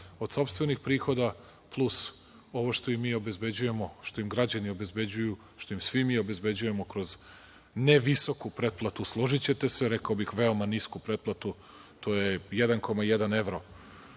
od sopstvenih prihoda plus ovo što im mi obezbeđujemo, što im građani obezbeđuju, što im svi mi obezbeđujemo kroz ne visoku pretplatu, složićete se, rekao bih veoma nisku pretplatu, to je 1,1 evro